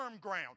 ground